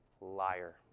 liar